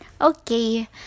okay